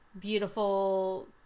beautiful